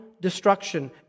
destruction